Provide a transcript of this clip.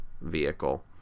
vehicle